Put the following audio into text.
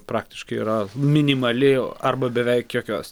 praktiškai yra minimali arba beveik jokios